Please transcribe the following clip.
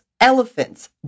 elephants